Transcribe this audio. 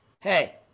Hey